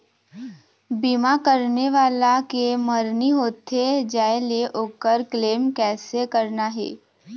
बीमा करने वाला के मरनी होथे जाय ले, ओकर क्लेम कैसे करना हे?